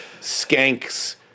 Skanks –